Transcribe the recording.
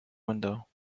window